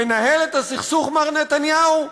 לנהל את הסכסוך, מר נתניהו?